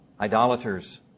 idolaters